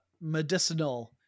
medicinal